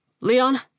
Leon